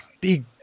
Big